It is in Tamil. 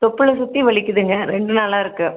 தொப்புளை சுற்றி வலிக்கிதுங்க ரெண்டு நாளாக இருக்குது